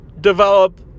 develop